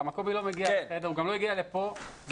הוא לא מגיע לחדר והוא גם לא הגיע לכאן אבל